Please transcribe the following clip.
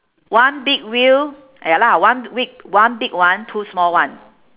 one big wheel ya lah one big one big one two small one